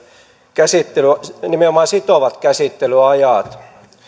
nimenomaan sitovat käsittelyajat